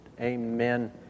Amen